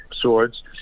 swords